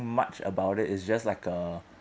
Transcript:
much about it it's just like a